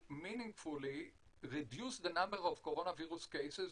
meaningfully reduce the number of coronavirus cases,